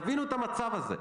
תבינו את המצב הזה.